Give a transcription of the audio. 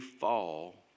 fall